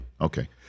Okay